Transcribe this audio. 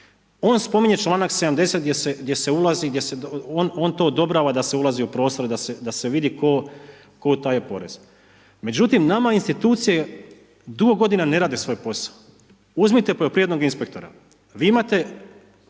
on spominje članak 70. gdje se ulazi, on to odobrava da se ulazi u prostore, da se vidi tko utaje porez. Međutim, nama institucije dugo godina ne rade svoj posao. Uzmite poljoprivrednog inspektora, vi imate